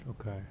okay